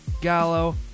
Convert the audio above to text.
Gallo